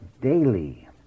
Daily